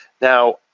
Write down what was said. Now